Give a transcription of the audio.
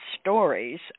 stories